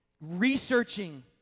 researching